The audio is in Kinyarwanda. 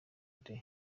day